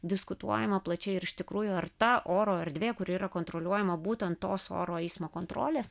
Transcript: diskutuojama plačiai ir iš tikrųjų ar ta oro erdvė kuri yra kontroliuojama būtent tos oro eismo kontrolės